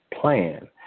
plan